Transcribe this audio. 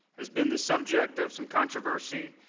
has been the subject of some controversy,